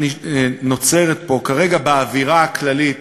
שנוצרת פה כרגע באווירה הכללית,